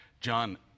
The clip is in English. John